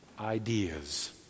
ideas